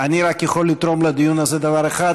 אני רק יכול לתרום לדיון הזה דבר אחד,